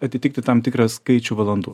atitikti tam tikrą skaičių valandų